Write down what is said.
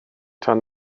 tan